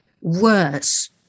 worse